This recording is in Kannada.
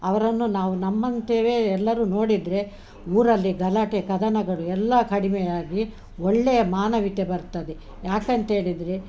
ಅವರನ್ನು ನಾವು ನಮ್ಮಂತೆಯೇ ಎಲ್ಲರು ನೋಡಿದರೆ ಊರಲ್ಲಿ ಗಲಾಟೆ ಕದನಗಳು ಎಲ್ಲಾ ಕಡಿಮೆಯಾಗಿ ಒಳ್ಳೆಯ ಮಾನವೀಯತೆ ಬರ್ತದೆ ಯಾಕಂತೇಳಿದರೆ